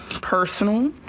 Personal